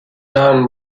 done